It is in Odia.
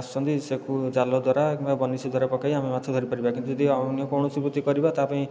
ଆସୁଛନ୍ତି ସେକୁ ଜାଲ ଦ୍ୱାରା କିମ୍ବା ବନିଶି ଦ୍ୱାରା ପକେଇ ଆମେ ମାଛ ଧରି ପାରିବା କିନ୍ତୁ ଯଦି ଅନ୍ୟ କୋୖଣସି ବୃତ୍ତି କରିବା ତା' ପାଇଁ